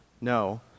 No